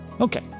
Okay